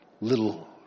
little